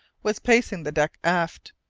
was pacing the deck aft.